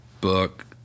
book